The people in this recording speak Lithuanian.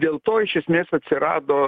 dėl to iš esmės atsirado